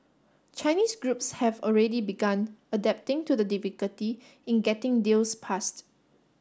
Chinese groups have already begun adapting to the difficulty in getting deals passed